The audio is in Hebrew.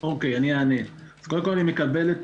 קודם כל, אני מקבל את